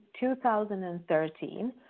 2013